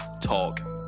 Talk